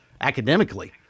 academically